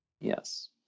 Yes